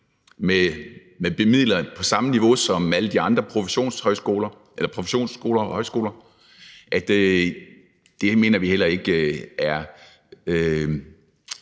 med midler på samme niveau som alle de andre professionshøjskoler. Det mener vi heller ikke er